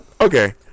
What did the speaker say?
Okay